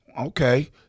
Okay